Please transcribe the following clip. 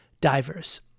divers